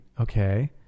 okay